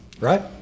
right